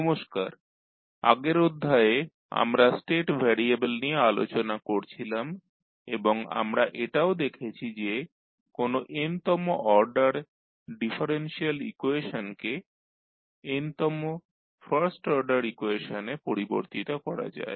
নমস্কার আগের অধ্যায়ে আমরা স্টেট ভ্যারিয়েবল নিয়ে আলোচনা করছিলাম এবং আমরা এটাও দেখেছি যে কোনো n তম অর্ডার ডিফারেনশিয়াল ইকুয়েশনকে n তম ফার্স্ট অর্ডার ইকুয়েশনে পরিবর্তিত করা যায়